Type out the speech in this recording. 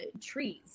trees